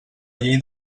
llei